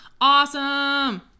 Awesome